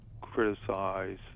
criticize